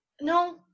no